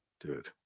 Dude